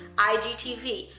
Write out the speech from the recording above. igtv.